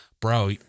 bro